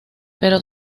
pero